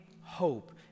hope